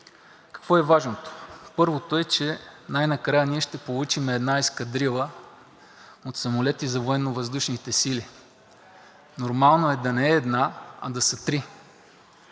Какво е важното. Първото е, че най-накрая ние ще получим една ескадрила от самолети за Военновъздушните сили. Нормално е да не е една, а да са три